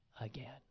again